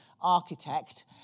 architect